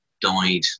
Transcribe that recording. died